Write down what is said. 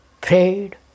prayed